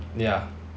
ya